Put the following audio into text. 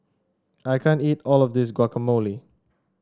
I can't eat all of this Guacamole